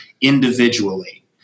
individually